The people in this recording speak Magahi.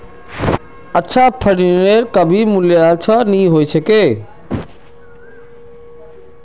अच्छा फर्नीचरेर कभी मूल्यह्रास नी हो छेक